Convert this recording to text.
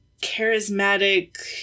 charismatic